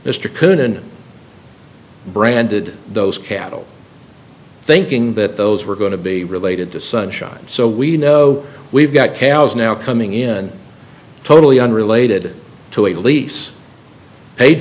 mr coonan branded those cattle thinking that those were going to be related to sunshine so we know we've got calles now coming in totally unrelated to a lease paid